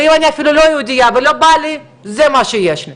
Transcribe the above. ואם אני אפילו לא יהודייה ולא בא לי זה מה שיש לי.